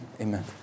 amen